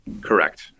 Correct